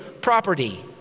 property